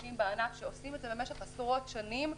ואנשים בענף שעושים זאת במשך עשרות שנים,